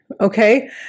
Okay